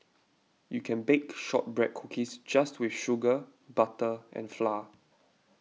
you can bake Shortbread Cookies just with sugar butter and flour